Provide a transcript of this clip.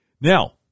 Now